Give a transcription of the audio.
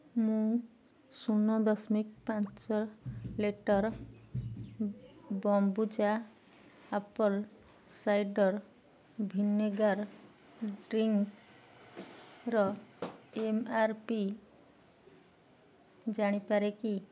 ମୁଁ ଶୂନ ଦଶମିକ ପାଞ୍ଚ litre kombucha apple cider vinegar ଡ୍ରିଙ୍କର ଏମ୍ ଆର୍ ପି ଜାଣିପାରେ କି